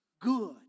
good